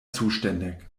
zuständig